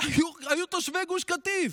היו תושבי גוש קטיף,